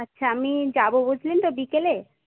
আচ্ছা আমি যাবো বুঝলেন তো বিকেলে